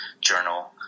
journal